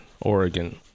Oregon